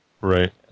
Right